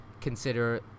consider